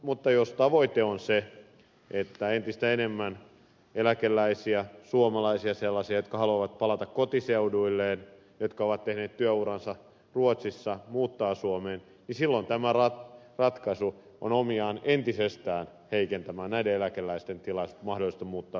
mutta jos tavoite on se että entistä enemmän eläkeläisiä suomalaisia sellaisia jotka haluavat palata kotiseuduilleen ja jotka ovat tehneet työuransa ruotsissa muuttaa suomeen niin silloin tämä ratkaisu on omiaan entisestään heikentämään näiden eläkeläisten mahdollisuutta muuttaa suomeen